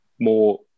more